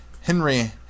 Henry